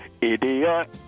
Idiot